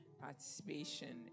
participation